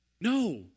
No